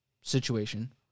situation